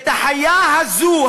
את החיה הזו,